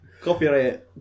Copyright